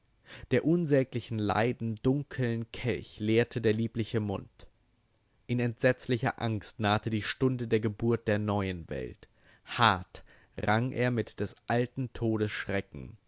der unsäglichen leiden dunkeln kelch leerte der liebliche mund in entsetzlicher angst nahte die stunde der geburt der neuen welt hart rang er mit des alten